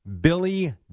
Billy